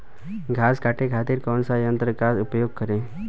घास काटे खातिर कौन सा यंत्र का उपयोग करें?